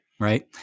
Right